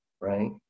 right